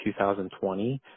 2020